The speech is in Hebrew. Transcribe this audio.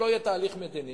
שלא יהיה תהליך מדיני,